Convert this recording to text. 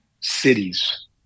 cities